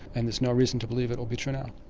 and there's no reason to believe it will be true now.